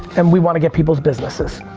and we want to get people's businesses.